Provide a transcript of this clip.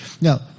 Now